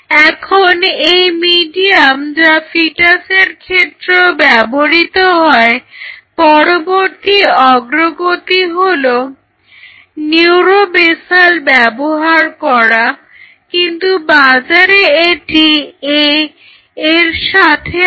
এখন এই মিডিয়াম যা ফিটাসের ক্ষেত্রে ব্যবহৃত হয় পরবর্তী অগ্রগতি হলো নিউরো বেসাল ব্যবহার করা কিন্তু বাজারে এটি A এর সাথে আসে